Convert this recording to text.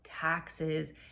taxes